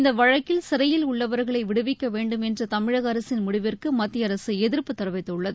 இந்த வழக்கில் சிறையில் உள்ளவர்களை விடுவிக்க வேண்டும் என்ற தமிழக அரசின் முடிவிற்கு மத்திய அரசு எதிர்ப்பு தெரிவித்துள்ளது